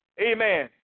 Amen